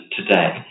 today